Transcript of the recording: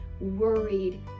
worried